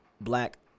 black